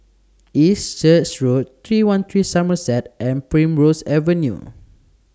East Church Road three one three Somerset and Primrose Avenue